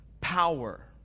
power